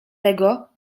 tego